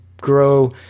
grow